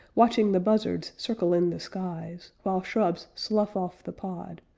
watching the buzzards circle in the skies, while shrubs slough off the pod,